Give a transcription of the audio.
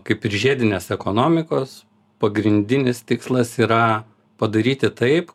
kaip ir žiedinės ekonomikos pagrindinis tikslas yra padaryti taip